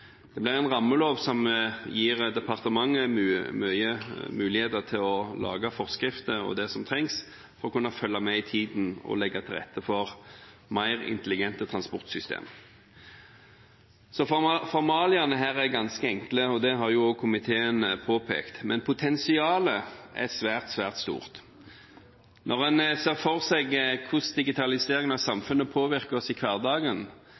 Det blir en rammelov som gir departementet muligheter til å lage forskrifter og det som trengs for å kunne følge med i tiden og legge til rette for mer intelligente transportsystemer. Så formalia her er ganske enkle, og det har også komiteen påpekt. Men potensialet er svært, svært stort. Når en ser for seg hvordan digitaliseringen av samfunnet påvirker oss i